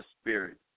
Spirit